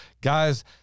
guys